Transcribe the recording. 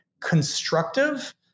constructive